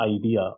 idea